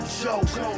joke